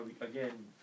again